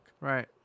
right